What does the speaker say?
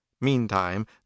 Meantime